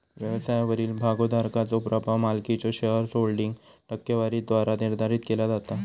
व्यवसायावरील भागोधारकाचो प्रभाव मालकीच्यो शेअरहोल्डिंग टक्केवारीद्वारा निर्धारित केला जाता